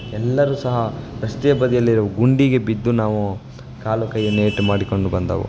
ಎಲ್ಲರೂ ಸಹ ರಸ್ತೆಯ ಬದಿಯಲ್ಲಿರೊ ಗುಂಡಿಗೆ ಬಿದ್ದು ನಾವು ಕಾಲು ಕೈಯನ್ನು ಏಟು ಮಾಡಿಕೊಂಡು ಬಂದೆವು